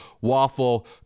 waffle